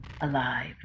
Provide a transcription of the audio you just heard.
alive